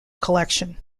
collection